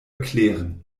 erklären